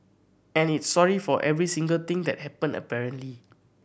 and it's sorry for every single thing that happened apparently